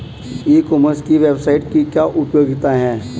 ई commerce की website की क्या उपयोगिता है?